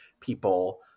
people